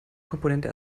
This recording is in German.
komponente